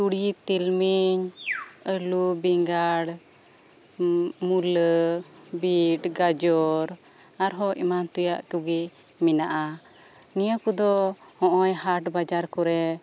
ᱛᱩᱲᱤ ᱛᱤᱞᱢᱤᱧ ᱟᱹᱞᱩ ᱵᱮᱸᱜᱟᱲ ᱢᱩᱞᱟᱹ ᱵᱤᱴ ᱜᱟᱡᱚᱨ ᱟᱨᱦᱚᱸ ᱮᱢᱟᱱ ᱛᱮᱭᱟᱜ ᱠᱚᱜᱮ ᱢᱮᱱᱟᱜᱼᱟ ᱱᱤᱭᱟᱹ ᱠᱚᱫᱚ ᱦᱚᱜᱼᱚᱭ ᱦᱟᱴ ᱵᱟᱡᱟᱨ ᱠᱚᱨᱮ